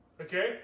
Okay